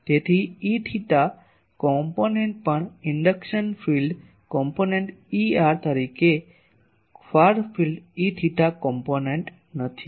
તેથી Eθ ઘટકો પણ ઇન્ડક્શન ફીલ્ડ ઘટકો Er તરીકે ફાર ફિલ્ડ Eθ ઘટકો નથી